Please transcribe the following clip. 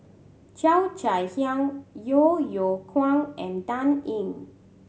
Cheo Chai Hiang Yeo Yeow Kwang and Dan Ying